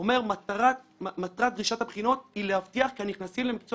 הוא אומר: "מטרת דרישת הבחינות היא להבטיח כי הנכנסים למקצוע